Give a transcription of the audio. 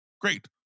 Great